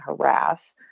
harass